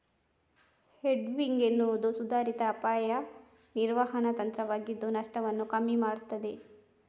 hedging ಎನ್ನುವುದು ಸುಧಾರಿತ ಅಪಾಯ ನಿರ್ವಹಣಾ ತಂತ್ರವಾಗಿದ್ದು ನಷ್ಟವನ್ನ ಕಮ್ಮಿ ಮಾಡ್ತದೆ